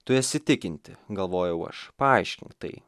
tu esi tikinti galvojau aš paaiškink tai